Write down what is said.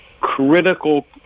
critical